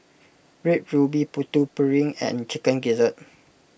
Red Ruby Putu Piring and Chicken Gizzard